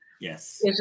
Yes